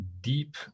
deep